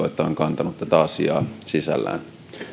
että ovat kantaneet tätä asiaa sisällään